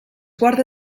guarde